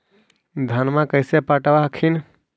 धन्मा कैसे पटब हखिन?